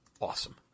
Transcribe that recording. awesome